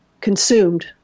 consumed